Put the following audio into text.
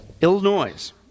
Illinois